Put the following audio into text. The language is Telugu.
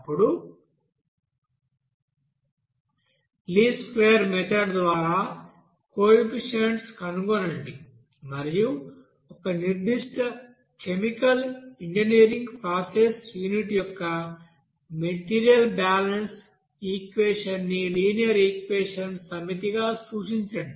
అప్పుడు లీస్ట్ స్క్వేర్ మెథడ్ ద్వారా కోఎఫిషియెంట్స్ కనుగొనండి మరియు ఒక నిర్దిష్ట కెమికల్ ఇంజనీరింగ్ ప్రాసెస్ యూనిట్ యొక్క మెటీరియల్ బ్యాలెన్స్ ఈక్వెషన్ ని లినియర్ ఈక్వెషన్స్ సమితిగా సూచించండి